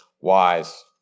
wise